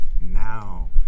Now